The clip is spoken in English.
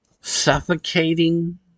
Suffocating